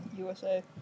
USA